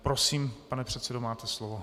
Prosím, pane předsedo, máte slovo.